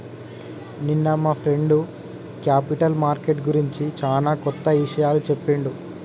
నిన్న మా friend capital market గురించి చానా కొత్త ఇషయాలు చెప్పిండు